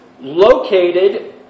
located